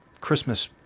Christmas